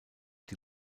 die